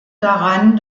daran